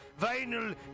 vinyl